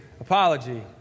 apology